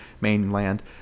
mainland